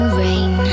rain